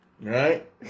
Right